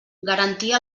garantir